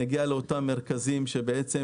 נגיע לאותם מרכזים שבהם